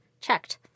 checked